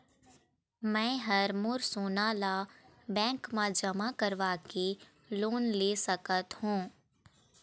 मैं हर मोर सोना ला बैंक म जमा करवाके लोन ले सकत हो?